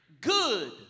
good